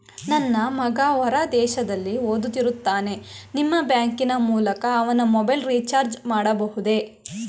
ನನ್ನ ಮಗ ಹೊರ ದೇಶದಲ್ಲಿ ಓದುತ್ತಿರುತ್ತಾನೆ ನಿಮ್ಮ ಬ್ಯಾಂಕಿನ ಮೂಲಕ ಅವನ ಮೊಬೈಲ್ ರಿಚಾರ್ಜ್ ಮಾಡಬಹುದೇ?